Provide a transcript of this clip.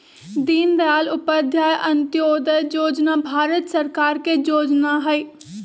दीनदयाल उपाध्याय अंत्योदय जोजना भारत सरकार के जोजना हइ